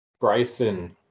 Bryson